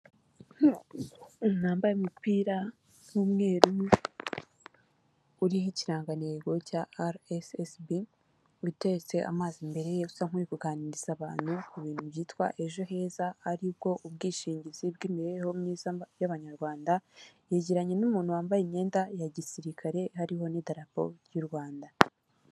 Umuntu wambaye umupira w'umweru uriho ikirangantego cya ara esi esi bi witeretse amazi, imbere ye asa nk'uri kuganiriza abantu ku bintu byitwa ejo heza ari bwo ubwishingizi bw'imibereho myiza y'abanyarwanda, yegeranye n'umuntu wambaye imyenda ya gisirikare hariho n'idarapol y'u Rwanda.